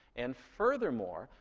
and furthermore,